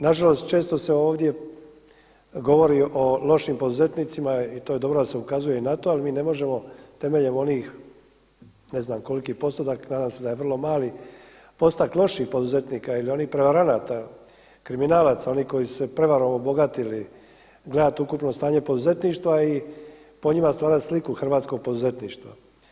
Nažalost često se ovdje govori o lošim poduzetnicima i to je dobro da se ukazuje i na to ali mi ne možemo temeljem onih ne znam koliki postotak, nadam se da je vrlo mali, postotak loših poduzetnika ili onih prevaranata, kriminalaca, onih koji su se prijevarom obogatili, gledati ukupno stanje poduzetništva i po njima stvarati sliku hrvatskog poduzetništva.